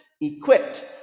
equipped